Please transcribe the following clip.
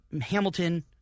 Hamilton